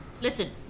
Listen